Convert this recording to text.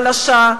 חלשה,